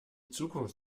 zukunft